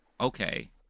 okay